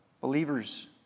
believers